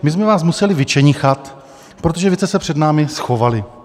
My jsme vás museli vyčenichat, protože vy jste se před námi schovali.